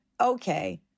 okay